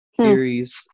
series